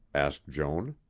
asked joan.